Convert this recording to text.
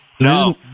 no